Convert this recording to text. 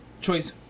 Choice